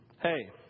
Hey